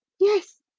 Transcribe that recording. yes.